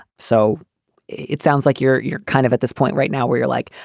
so it sounds like you're you're kind of at this point right now where you're like,